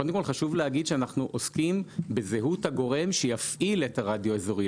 קודם כול חשוב להגיד שאנחנו עוסקים בזהות הגורם שיפעיל את הרדיו האזורי,